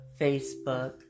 Facebook